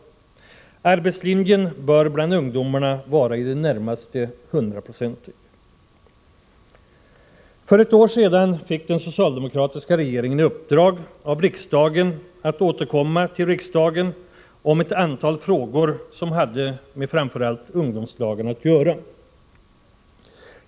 Arbetslinjen bör till i det närmaste hundra procent gälla för ungdomarna. För ett år sedan fick den socialdemokratiska regeringen i uppdrag av riksdagen att återkomma till riksdagen i ett antal frågor som hade att göra med framför allt ungdomslagen.